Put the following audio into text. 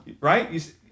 Right